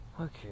Okay